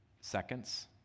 seconds